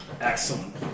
Excellent